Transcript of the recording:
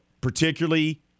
particularly